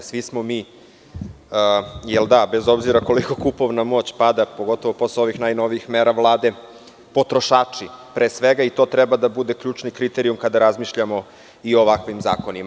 Svi smo mi, bez obzira koliko kupovna moć pada, pogotovo posle ovih najnovijih mera Vlade, potrošači pre svega i to treba da bude ključni kriterijum kada razmišljamo i o ovakvim zakonima.